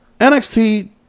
NXT